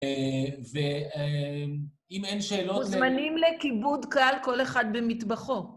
ואם אין שאלות... מוזמנים לכיבוד קל כל אחד במטבחו.